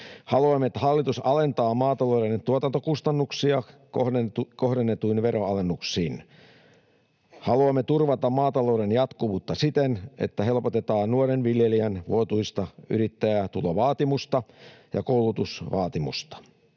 Haluamme, että hallitus alentaa maatalouden tuotantokustannuksia kohdennetuin veronalennuksin. Haluamme turvata maatalouden jatkuvuutta siten, että helpotetaan nuoren viljelijän vuotuista yrittäjätulovaatimusta ja koulutusvaatimusta.